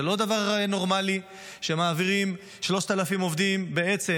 זה לא דבר נורמלי שמעבירים 3,000 עובדים בעצם